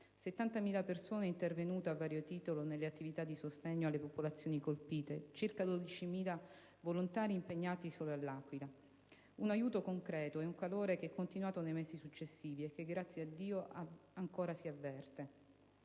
70.000 persone intervenute a vario titolo nelle attività di sostegno alle popolazioni colpite; circa 12.000 volontari impegnati solo all'Aquila. Si è trattato di un aiuto concreto e un calore che è continuato nei mesi successivi e che, grazie a Dio, ancora s'avverte.